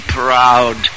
proud